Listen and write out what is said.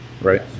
Right